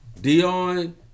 Dion